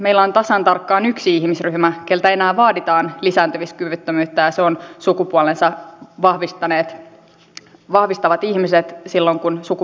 meillä on tasan tarkkaan yksi ihmisryhmä keltä enää vaaditaan lisääntymiskyvyttömyyttä ja se on sukupuolensa vahvistavat ihmiset silloin kun sukupuolta on korjattu